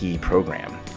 program